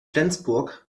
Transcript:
flensburg